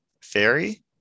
Fairy